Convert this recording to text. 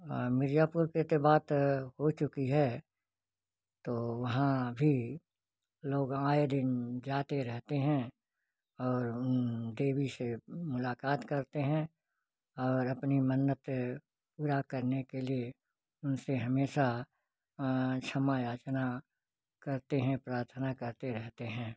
और मिर्ज़ापुर की तो बात हो चुकी है तो वहाँ भी लोग आए दिन जाते रहते हैं और देवी से मुलाक़ात करते हैं और अपनी मन्नतें पूरी करने के लिए उन से हमेशा क्षमा याचना करते हैं प्रार्थना करते रहते हैं